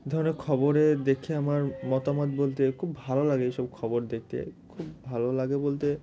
ধরো খবরে দেখে আমার মতামত বলতে খুব ভালো লাগে এইসব খবর দেখতে খুব ভালো লাগে বলতে